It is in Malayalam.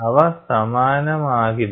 അവ സമാനമാകില്ല